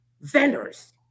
vendors